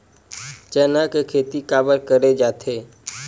चना के खेती काबर करे जाथे?